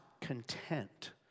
content